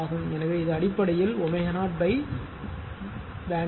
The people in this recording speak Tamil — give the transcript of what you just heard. எனவே இது அடிப்படையில் W 0 BW அலைவரிசை